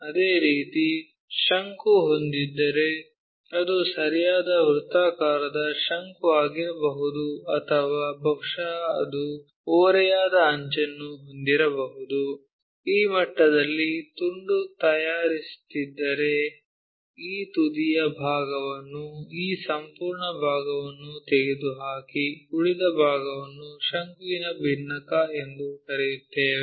ಅದೇ ರೀತಿ ಶಂಕು ಹೊಂದಿದ್ದರೆ ಅದು ಸರಿಯಾದ ವೃತ್ತಾಕಾರದ ಶಂಕು ಆಗಿರಬಹುದು ಅಥವಾ ಬಹುಶಃ ಅದು ಓರೆಯಾದ ಅಂಚನ್ನು ಹೊಂದಿರಬಹುದು ಈ ಮಟ್ಟದಲ್ಲಿ ತುಂಡು ತಯಾರಿಸುತ್ತಿದ್ದರೆ ಈ ತುದಿಯ ಭಾಗವನ್ನು ಈ ಸಂಪೂರ್ಣ ಭಾಗವನ್ನು ತೆಗೆದುಹಾಕಿ ಉಳಿದ ಭಾಗವನ್ನು ಶಂಕುನ ಭಿನ್ನಕ ಎಂದು ಕರೆಯುತ್ತೇವೆ